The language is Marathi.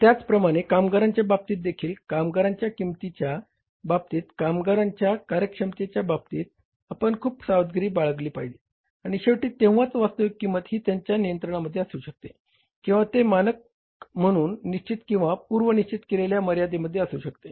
त्याचप्रमाणे कामगारांच्या बाबतीतदेखील कामगारांच्या किंमतीच्या बाबतीत कामगारांच्या कार्यक्षमतेच्या बाबतीत आपण खूप सावधगिरी बाळगली पाहिजे आणि शेवटी तेंव्हाच वास्तविक किंमत ही त्यांच्या नियंत्रणामध्ये असू शकते किंवा ते मानक म्हणून निश्चित किंवा पूर्व निश्चित केलेल्या मर्यादेमध्ये असू शकते